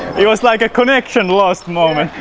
it was like a connection lost moment!